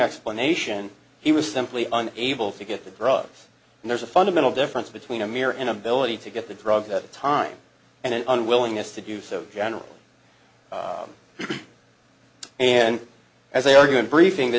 explanation he was simply an able to get the drugs and there's a fundamental difference between a mere inability to get the drugs that time and an unwillingness to do so generally and as they argue in briefing the